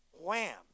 Wham